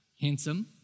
handsome